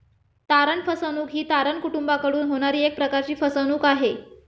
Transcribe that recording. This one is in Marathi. तारण फसवणूक ही तारण कुटूंबाकडून होणारी एक प्रकारची फसवणूक आहे